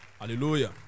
Hallelujah